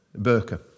burqa